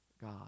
God